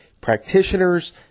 practitioners